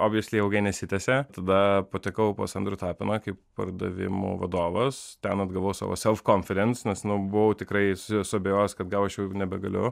o veislė ilgai nesitęsia tada patekau pas andrių tapiną kaip pardavimų vadovas ten atgavau savo self konferens nes nu buvau tikrai suabejojęs kad gaučiau nebegaliu